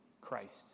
Christ